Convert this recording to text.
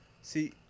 See